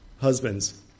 Husbands